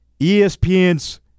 ESPN's